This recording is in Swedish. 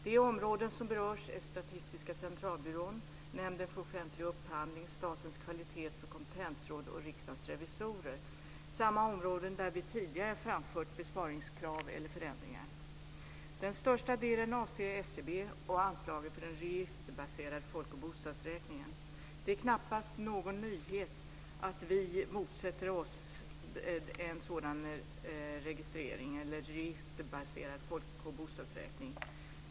De områden som berörs är Statistiska centralbyrån, Nämnden för offentlig upphandling, Statens kvalitets och kompetensråd och Riksdagens revisorer. Det är samma områden där vi tidigare framfört besparingskrav eller krav på förändringar. Den största delen avser SCB och anslaget till den registerbaserade folk och bostadsräkningen. Det är knappast någon nyhet att vi motsätter oss en sådan registerbaserad folk och bostadsräkning.